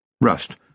Rust